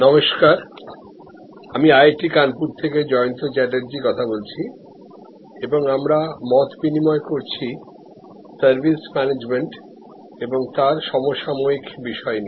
নমস্কার আমি আইআইটি কানপুর থেকে জয়ন্ত চ্যাটার্জী কথা বলছি এবং আমরা মত বিনিময় করছি সার্ভিস ম্যানেজমেন্ট এবং তার সমসাময়িক বিষয় নিয়ে